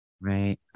Right